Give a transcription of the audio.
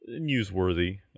newsworthy